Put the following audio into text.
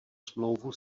smlouvu